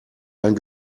dein